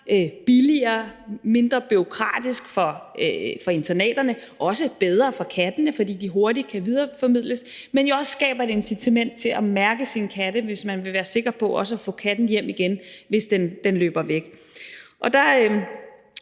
billigere og mindre bureaukratisk for internaterne, og også bedre for kattene, fordi de hurtigt kan videreformidles. Men hvor vi jo også skaber et incitament til at mærke sine katte, hvis man vil være sikker på at få katten hjem igen, hvis den løber væk.